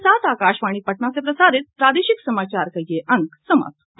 इसके साथ ही आकाशवाणी पटना से प्रसारित प्रादेशिक समाचार का ये अंक समाप्त हुआ